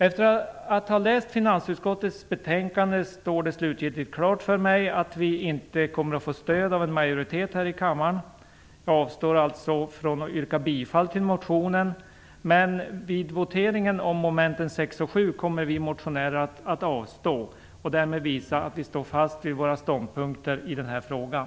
Efter att ha läst finansutskottets betänkande står det slutgiltigt klart för mig att vi inte kommer att få stöd av en majoritet här i kammaren. Jag avstår därför från att yrka bifall till motionen, men vid voteringen om momenten 6 och 7 kommer vi motionärer att avstå från att rösta och därmed visa att vi står fast vid våra ståndpunkter i den här frågan.